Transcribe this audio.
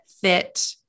fit